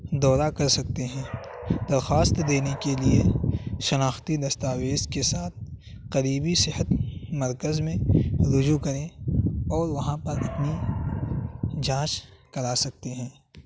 دورہ کر سکتے ہیں درخواست دینے کے لیے شناختی دستاویز کے ساتھ قریبی صحت مرکز میں رجوع کریں اور وہاں پر اپنی جانچ کرا سکتے ہیں